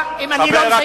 תן לי לסיים משפט.